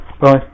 bye